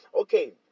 okay